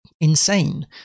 insane